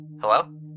Hello